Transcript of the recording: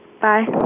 Bye